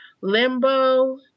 Limbo